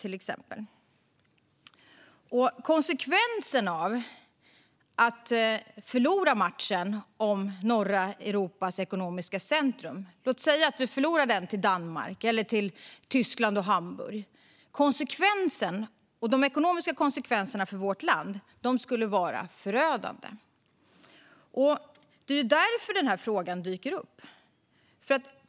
Låt säga att vi förlorar matchen om norra Europas ekonomiska centrum till Danmark eller Tyskland och Hamburg. De ekonomiska konsekvenserna för vårt land vore förödande. Det är därför frågan dyker upp.